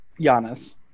giannis